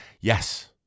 Yes